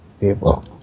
People